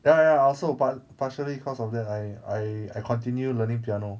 ya ya ya I also par~ partially because of that I I I continue learning piano